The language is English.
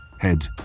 Head